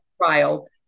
trial